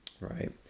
Right